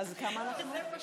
כמה אנחנו?